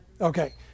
Okay